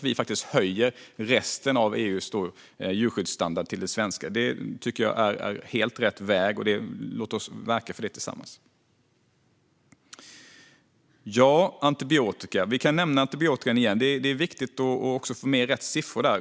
Vi måste höja resten av EU-ländernas djurskyddsstandard till den svenska. Det tycker jag är helt rätt väg, så låt oss verka för detta tillsammans. Jag vill återkomma till antibiotikan igen. Det är viktigt att få med rätt siffror.